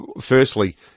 firstly